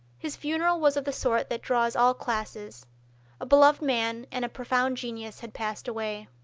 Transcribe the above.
his funeral was of the sort that draws all classes a beloved man and a profound genius had passed away.